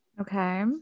Okay